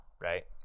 right